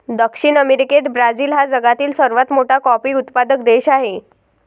दक्षिण अमेरिकेत ब्राझील हा जगातील सर्वात मोठा कॉफी उत्पादक देश आहे